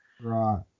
Right